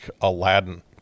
Aladdin